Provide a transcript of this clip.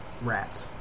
Rats